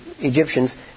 Egyptians